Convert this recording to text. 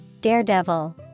Daredevil